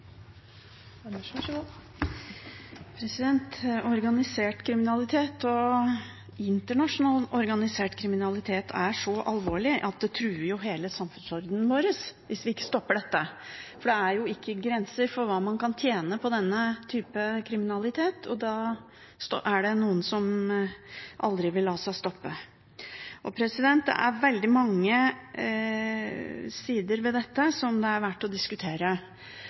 så alvorlig at det truer hele samfunnsordenen vår hvis vi ikke stopper det. Det er ikke grenser for hva man kan tjene på denne typen kriminalitet, og da er det noen som aldri vil la seg stoppe. Det er veldig mange sider ved dette som det er verdt å diskutere.